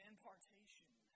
Impartation